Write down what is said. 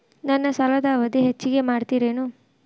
ನನ್ನ ಸಾಲದ ಅವಧಿ ಹೆಚ್ಚಿಗೆ ಮಾಡ್ತಿರೇನು?